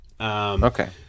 Okay